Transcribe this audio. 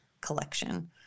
collection